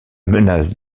menace